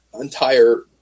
entire